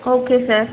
okay sir